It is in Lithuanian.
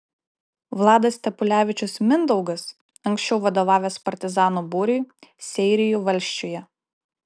vladas stepulevičius mindaugas anksčiau vadovavęs partizanų būriui seirijų valsčiuje